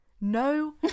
no